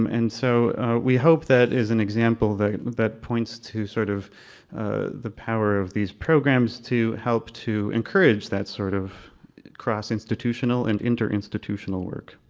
um and so we hope that is an example that that points to sort of the power of these programs to help to encourage that sort of cross institutional and inter institutional work.